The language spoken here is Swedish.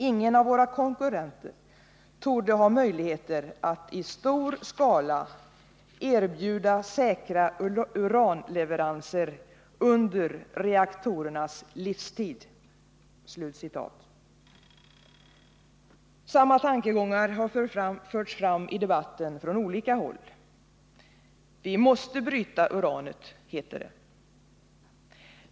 Ingen av våra konkurren ter torde ha möjligheter att i stor skala erbjuda säkra uranleveranser under reaktorernas livstid.” Samma tankegångar har förts fram i debatten från olika håll. Vi måste bryta uranet, heter det.